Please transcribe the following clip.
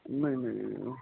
ਨਹੀਂ ਨਹੀਂ